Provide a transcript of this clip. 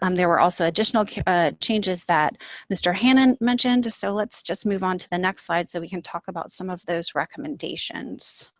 um there were also additional changes that mr. hannan mentioned. so, let's just move on to the next slide, so we can talk about some of those recommendations.